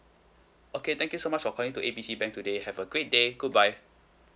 okay thank you so much for calling to A B C bank today have a great day goodbye